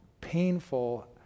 painful